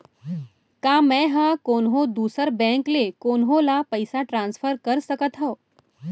का मै हा कोनहो दुसर बैंक ले कोनहो ला पईसा ट्रांसफर कर सकत हव?